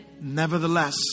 Nevertheless